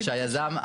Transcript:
שהיזם,